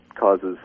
causes